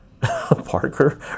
Parker